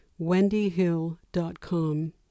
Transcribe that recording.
wendyhill.com